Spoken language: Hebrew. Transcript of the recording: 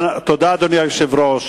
תודה, אדוני היושב-ראש.